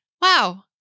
wow